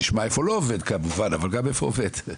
נשמע איפה לא עובד כמובן אבל גם איפה עובד.